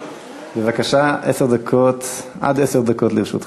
בבקשה, עד עשר דקות לרשותך.